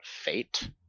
Fate